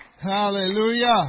Hallelujah